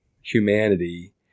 humanity